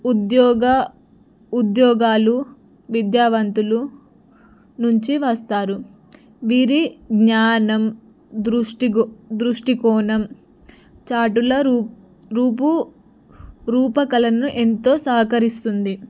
ఉద్యోగ ఉద్యోగాలు విద్యావంతులు నుంచి వస్తారు వీరి జ్ఞానం దృష్టి దృష్టికోణం చాటుల రూ రూపు రూపకలను ఎంతో సహకరిస్తుంది